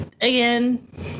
again